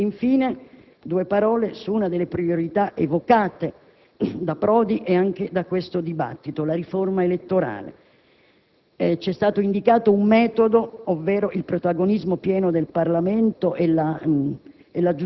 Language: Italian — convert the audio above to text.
aggiungo poche parole su una delle priorità evocate da Prodi e dal nostro dibattito: la riforma elettorale. Ci è stato indicato un metodo, ovvero il protagonismo pieno del Parlamento e la